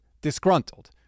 disgruntled